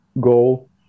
goal